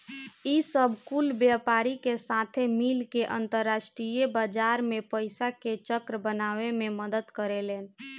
ई सब कुल व्यापारी के साथे मिल के अंतरास्ट्रीय बाजार मे पइसा के चक्र बनावे मे मदद करेलेन